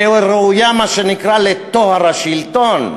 שראויה, מה שנקרא, לטוהר השלטון.